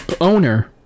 owner